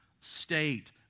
state